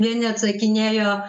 vieni atsakinėjo